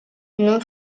non